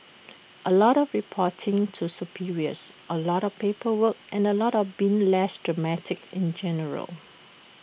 A lot of reporting to superiors A lot of paperwork and A lot of being less dramatic in general